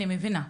אני מבינה.